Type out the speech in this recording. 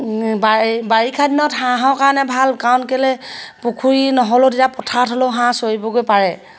বাৰি বাৰিষা দিনত হাঁহৰ কাৰণে ভাল কাৰণ কেলৈ পুখুৰী নহ'লেও তেতিয়া পথাৰত হ'লেও হাঁহ চৰিবগৈ পাৰে